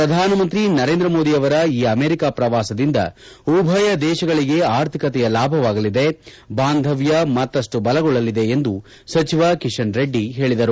ಪ್ರಧಾನಮಂತ್ರಿ ನರೇಂದ್ರ ಮೋದಿ ಅವರ ಈ ಅಮೆರಿಕ ಪ್ರವಾಸದಿಂದ ಉಭಯ ದೇಶಗಳಿಗೆ ಆರ್ಥಿಕತೆಯ ಲಾಭವಾಗಲಿದೆ ಬಾಂಧವ್ಯ ಮತ್ತಪ್ಪು ಬಲಗೊಳ್ಳಲಿದೆ ಎಂದು ಸಚಿವ ಕಿಶನ್ ರೆಡ್ಡಿ ಹೇಳಿದರು